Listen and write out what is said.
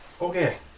Okay